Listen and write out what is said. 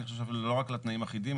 אני חושב שלא רק לתנאים אחידים.